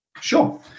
Sure